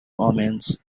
omens